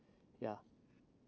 yeah